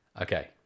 Okay